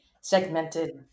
segmented